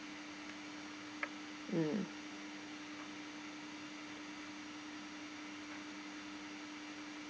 mm